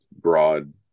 broad